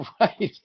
right